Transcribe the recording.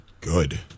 good